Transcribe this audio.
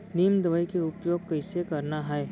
नीम दवई के उपयोग कइसे करना है?